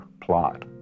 plot